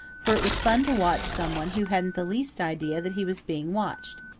for it was fun to watch some one who hadn't the least idea that he was being watched.